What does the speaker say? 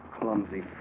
Clumsy